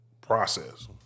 process